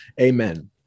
amen